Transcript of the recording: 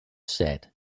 said